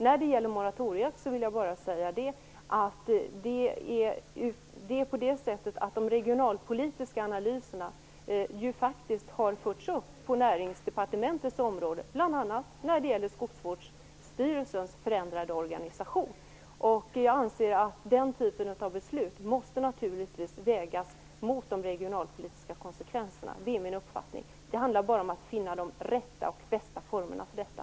När det gäller moratoriet vill jag bara säga att de regionalpolitiska analyserna faktiskt har förts upp på Näringsdepartementets område, bl.a. när det gäller Skogsvårdsstyrelsens förändrade organisation. Jag anser att den typen av beslut naturligtvis måste vägas mot de regionalpolitiska konsekvenserna. Det är min uppfattning. Det handlar bara om att finna de rätta och bästa formerna för detta.